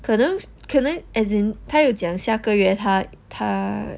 可能可能 as in 他有讲下个月他他